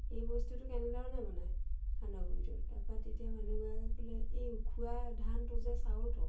এই বস্তুটো কেনেধৰণে বনায় সান্দহ গুড়িটো তাৰপৰা তেতিয়া মানুহগৰাকীয়ে ক'লে এই উখোৱা ধানটো যে চাউলটো